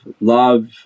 love